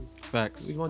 Facts